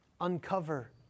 uncover